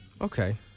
okay